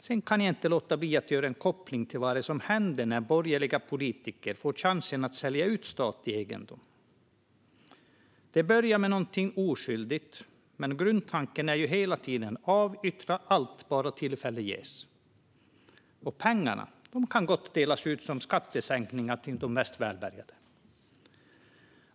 Jag kan inte låta bli att göra en koppling till vad som händer när borgerliga politiker får chansen att sälja ut statlig egendom. Det börjar med någonting oskyldigt, men grundtanken är hela tiden att avyttra allt bara tillfälle ges. Vinsten kan gott delas ut som skattesänkningar till de mest välbärgade.